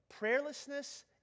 Prayerlessness